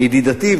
ידידתי,